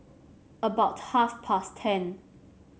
about half past ten